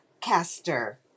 caster